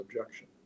objection